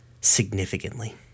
significantly